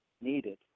needed